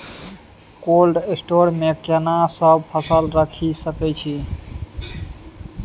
Cold store मे केना सब फसल रखि सकय छी?